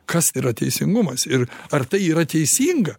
kas yra teisingumas ir ar tai yra teisinga